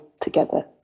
together